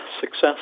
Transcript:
success